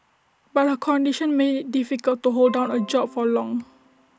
but her condition made IT difficult to hold down A job for long